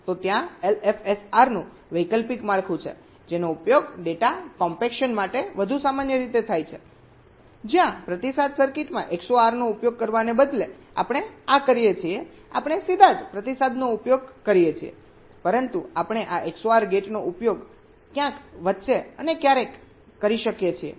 તો ત્યાં એલએફએસઆરનું વૈકલ્પિક માળખું છે જેનો ઉપયોગ ડેટા કોમ્પેક્શન માટે વધુ સામાન્ય રીતે થાય છે જ્યાં પ્રતિસાદ સર્કિટમાં XOR નો ઉપયોગ કરવાને બદલે આપણે આ કરીએ છીએ આપણે સીધા જ પ્રતિસાદનો ઉપયોગ કરીએ છીએ પરંતુ આપણે આ XOR ગેટનો ઉપયોગ ક્યાંક વચ્ચે અને ક્યારેય કરી શકીએ છીએ